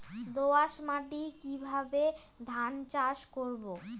দোয়াস মাটি কিভাবে ধান চাষ করব?